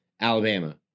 Alabama